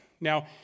Now